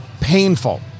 painful